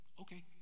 Okay